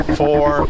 four